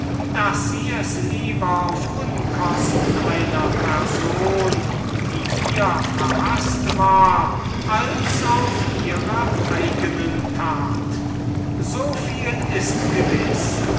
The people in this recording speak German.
daß sie es lieber auf unkosten einer person die ihr verhaßt war als auf ihre eigene tat so viel ist gewiß